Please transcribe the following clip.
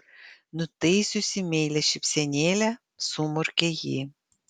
nutaisiusi meilią šypsenėlę sumurkė ji